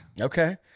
Okay